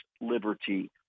liberty